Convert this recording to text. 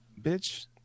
Bitch